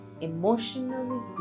emotionally